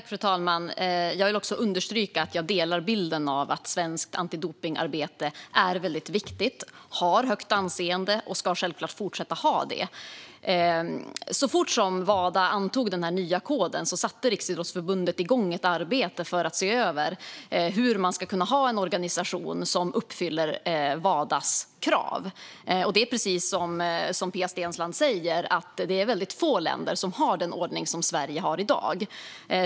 Fru talman! Jag vill understryka att jag delar bilden att svenskt antidopningsarbete är väldigt viktigt. Det har högt anseende och ska självklart fortsätta ha det. Så fort Wada antog den nya koden satte Riksidrottsförbundet igång ett arbete för att se över hur man ska kunna ha en organisation som uppfyller Wadas krav. Precis som Pia Steensland säger är det få länder som har den ordning som Sverige har i dag.